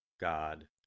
God